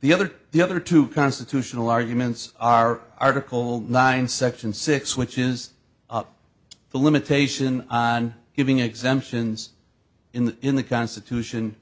the other the other two constitutional arguments are article nine section six which is up the limitation on giving exemptions in the in the constitution